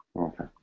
Okay